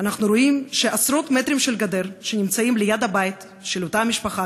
אנחנו רואים שעשרות מטרים של גדר שנמצאים ליד הבית של אותה משפחה,